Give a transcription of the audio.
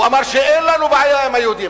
הוא אמר: אין לנו בעיה עם היהודים,